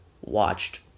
watched